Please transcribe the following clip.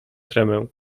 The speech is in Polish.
tremę